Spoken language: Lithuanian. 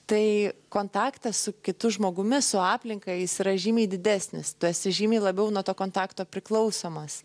tai kontaktas su kitu žmogumi su aplinka jis yra žymiai didesnis tu esi žymiai labiau nuo to kontakto priklausomas